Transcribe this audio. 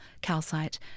calcite